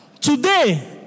Today